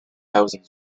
thousand